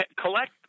collect